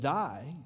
die